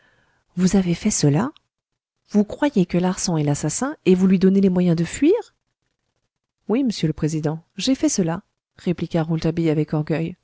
vous avez fait cela vous croyez que larsan est l'assassin et vous lui donnez les moyens de fuir oui m'sieur le président j'ai fait cela répliqua rouletabille avec orgueil